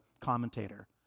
commentator